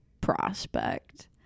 prospect